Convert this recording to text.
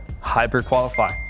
Hyper-qualify